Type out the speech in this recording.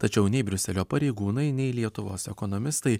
tačiau nei briuselio pareigūnai nei lietuvos ekonomistai